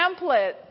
template